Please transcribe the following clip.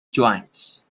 joints